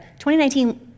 2019